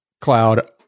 cloud